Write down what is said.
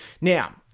Now